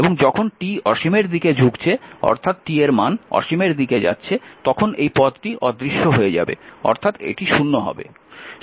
এবং যখন t অসীমের দিকে ঝুঁকছে অর্থাৎ t এর মান অসীমের দিকে যাচ্ছে তখন এই পদটি অদৃশ্য হয়ে যাবে অর্থাৎ এটি 0 হবে